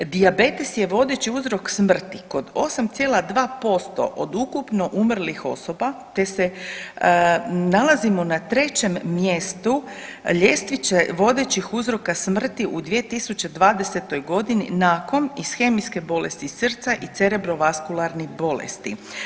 Dijabetes je vodeći uzrok smrti kod 8,2% od ukupno umrlih osoba, te se nalazimo na 3. mjestu ljestvice vodećih uzroka smrti u 2020.g. nakon ishemijske bolesti srca i cerebrovaskularnih bolesti.